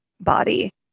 body